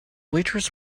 waitress